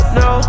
no